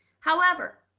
however,